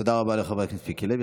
תודה רבה לחבר הכנסת מיקי לוי.